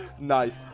nice